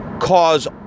cause